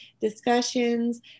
discussions